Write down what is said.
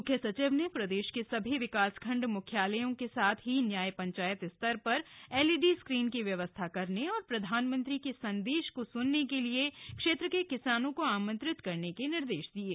म्ख्य सचिव ने प्रदेश के सभी विकासखण्ड मुख्यालयों के साथ ही न्याय पंचायत स्तर पर एलईडी स्क्रीन की व्यवस्था करने और प्रधानमंत्री के संदेश को सुनने के लिए क्षेत्र के किसानों को आमंत्रित करने के निर्देश दिये